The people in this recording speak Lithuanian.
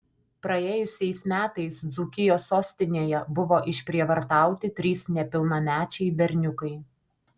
praėjusiais metais dzūkijos sostinėje buvo išprievartauti trys nepilnamečiai berniukai